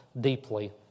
deeply